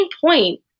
point